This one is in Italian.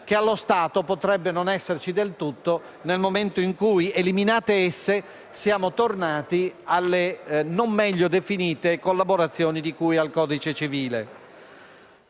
che allo stato potrebbe non esserci del tutto, nel momento in cui, eliminate esse, siamo tornati alle non meglio definite «collaborazioni» di cui al codice civile.